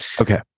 okay